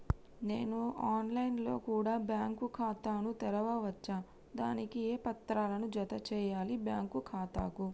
నేను online లో కూడా బ్యాంకు ఖాతా ను తెరవ వచ్చా? దానికి ఏ పత్రాలను జత చేయాలి బ్యాంకు ఖాతాకు?